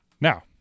Now